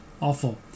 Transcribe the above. Awful